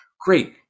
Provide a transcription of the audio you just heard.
Great